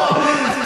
מה הוא אמר לך,